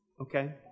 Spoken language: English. okay